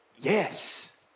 Yes